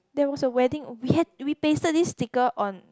there was a wedding we had we pasted this sticker on